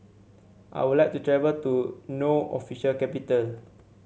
I would like to travel to No official capital